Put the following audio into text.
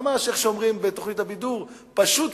ממש כמו שאומרים בתוכנית הבידור: "פשוט,